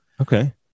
Okay